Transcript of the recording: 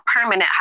permanent